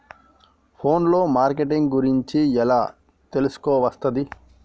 Phone లో marketing గురించి ఎలా తెలుసుకోవస్తది?